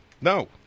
No